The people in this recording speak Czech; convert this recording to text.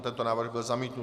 Tento návrh byl zamítnut.